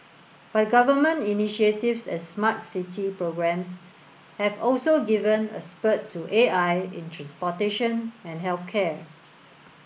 but government initiatives and smart city programs have also given a spurt to A I in transportation and health care